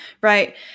Right